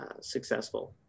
successful